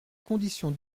conditions